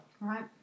Right